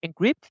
encrypt